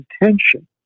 intention